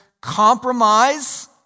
compromise